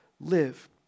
live